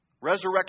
resurrection